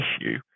issue